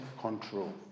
control